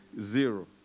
zero